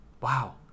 Wow